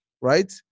Right